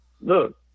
Look